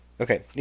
Okay